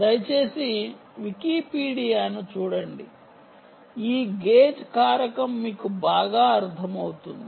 దయచేసి వికీపీడియాను చూడండి ఈ గేజ్ కారకం మీకు బాగా అర్థమవుతుంది